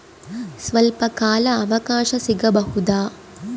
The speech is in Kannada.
ಸ್ವಲ್ಪ ಕಾಲ ಅವಕಾಶ ಸಿಗಬಹುದಾ?